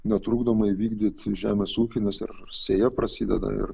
netrukdomai vykdyti žemės ūkį nes ir sėja prasideda ir